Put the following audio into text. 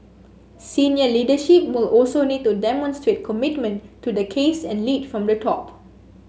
senior leadership will also need to demonstrate commitment to the case and lead from the top